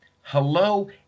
Hello